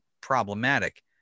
problematic